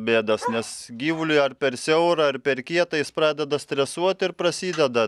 bėdos nes gyvuliui ar per siaura ar per kieta jis pradeda stresuot ir prasideda